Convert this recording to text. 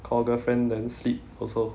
call girlfriend then sleep also